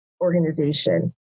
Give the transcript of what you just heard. organization